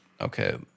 Okay